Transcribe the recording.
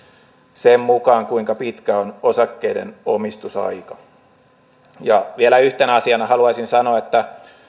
sen mukaan kuinka pitkä on osakkeiden omistusaika vielä yhtenä asiana haluaisin sanoa että